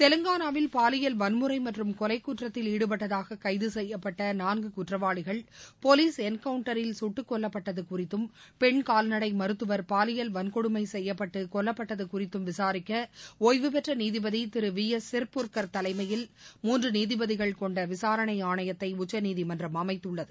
தெலங்கானாவில் பாலியல் வன்முறை மற்றும் கொலை குற்றத்தில் ஈடுபட்டதாக கைது செய்யப்பட்ட நான்கு குற்றவாளிகள் போலீஸ் என்கவுண்டரில் குட்டுக் கொல்லப்பட்டது குறித்தும் பெண் கால்நடை மருத்துவர் பாலியல் வன்னொடுமை செய்யப்பட்டு கொல்லப்பட்டது குறித்தும் விசாரிக்க ஒய்வு பெற்ற நீதிபதி திரு வி எஸ் சிர்புர்கர் தலைமையில் மூன்று நீதிபதிகள் கொண்ட விசாரணை ஆணையத்தை உச்சநீதிமன்றம் அமைத்துள்ளது